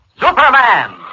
Superman